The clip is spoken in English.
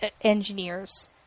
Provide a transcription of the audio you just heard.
engineers